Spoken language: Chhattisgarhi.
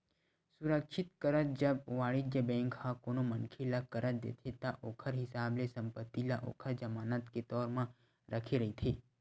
सुरक्छित करज, जब वाणिज्य बेंक ह कोनो मनखे ल करज देथे ता ओखर हिसाब ले संपत्ति ल ओखर जमानत के तौर म रखे रहिथे